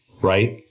Right